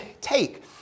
take